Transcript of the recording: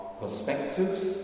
perspectives